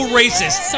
racist